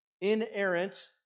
inerrant